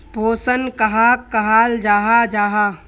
पोषण कहाक कहाल जाहा जाहा?